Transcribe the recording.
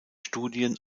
studien